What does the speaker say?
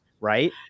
right